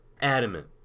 adamant